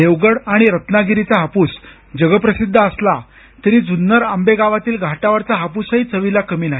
देवगड आणि रत्नागिरीचा हापूस जगप्रसिद्ध असला तरी जुन्नर आंबेगावातील घाटावरचा हापूसही चवीला कमी नाही